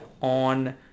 on